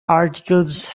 articles